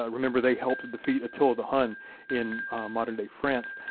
ah remember they helped to defeat attila the hun in modern-day france.